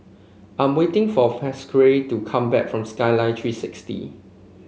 I'm waiting for Pasquale to come back from Skyline Three sixty